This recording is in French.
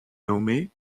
nommé